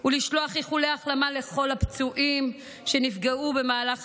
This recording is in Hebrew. ולשלוח איחולי החלמה מהירה לכל הפצועים שנפגעו במהלך